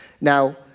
Now